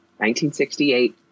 1968